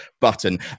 button